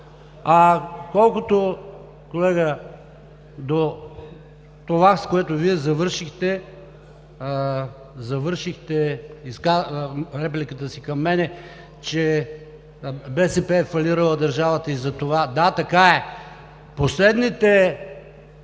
Колкото, колега, до това, с което Вие завършихте репликата си към мен, че БСП е фалирала държавата и затова… Да, така е. Последните